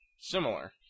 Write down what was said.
similar